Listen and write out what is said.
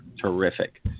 terrific